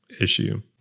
issue